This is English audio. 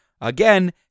again